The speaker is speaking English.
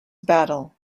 battle